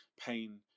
pain